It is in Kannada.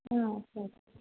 ಹಾಂ ಸರಿ